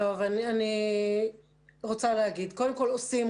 אני רוצה להגיד שעושים,